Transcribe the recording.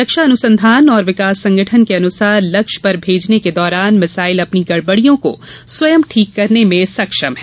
रक्षा अनुसंधान और विकास संगठन के अनुसार लक्ष्य पर भेजने के दौरान मिसाइल अपनी गड़बड़ियों को स्वयं ठीक करने में सक्षम है